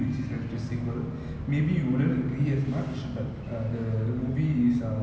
it shows the struggles of all the engineers in uh not only india but like all over the world